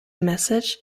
message